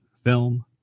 film